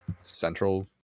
central